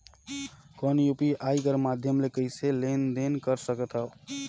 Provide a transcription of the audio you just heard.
कौन यू.पी.आई कर माध्यम से कइसे लेन देन कर सकथव?